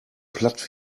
platt